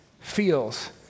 feels